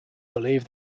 believe